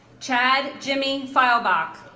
chad jimmy feilbach